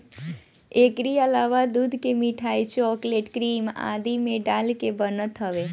एकरी अलावा दूध के मिठाई, चोकलेट, क्रीम आदि में डाल के बनत हवे